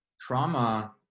trauma